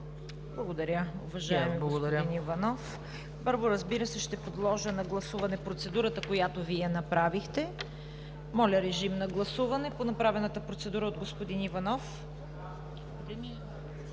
Благодаря Ви, уважаеми господин Иванов. Първо, разбира се, ще подложа на гласуване процедурата, която Вие направихте. Моля, режим на гласуване по направената процедура от господин Иванов.